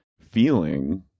feeling